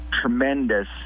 tremendous